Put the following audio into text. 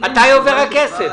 מתי עובר הכסף?